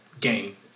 game